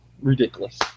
Ridiculous